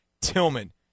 Tillman